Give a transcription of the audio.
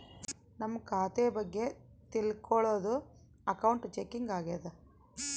ನಮ್ ಖಾತೆ ಬಗ್ಗೆ ತಿಲ್ಕೊಳೋದು ಅಕೌಂಟ್ ಚೆಕಿಂಗ್ ಆಗ್ಯಾದ